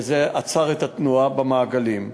כי זה עצר את התנועה במעגלים.